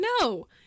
No